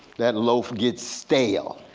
that loaf gets stale,